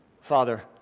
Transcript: Father